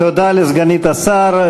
תודה לסגנית השר.